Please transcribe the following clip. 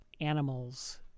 animals